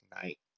tonight